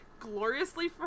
gloriously